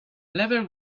level